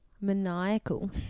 Maniacal